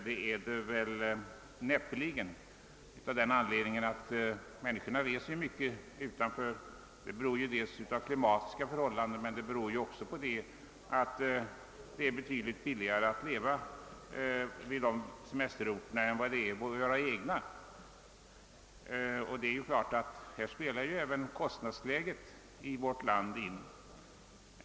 Så är väl näppeligen förhållandet. Att människorna reser utomlands beror ju delvis på de klimatiska förhållandena men också på att det är betydligt billigare att leva på många utländska semesterorter än på våra egna semesterorter. Kostnadsläget i vårt land spelar naturligtvis in härvidlag.